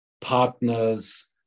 partners